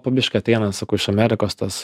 po biškį ateina sakau iš amerikos tas